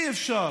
אי-אפשר